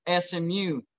SMU